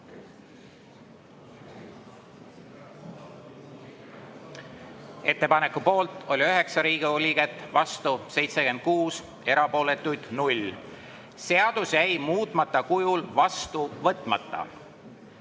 Ettepaneku poolt oli 9 Riigikogu liiget, vastu 76, erapooletuid 0. Seadus jäi muutmata kujul vastu võtmata. Määran